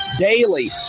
Daily